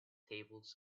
tables